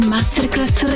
Masterclass